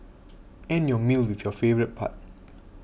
end your meal with your favourite part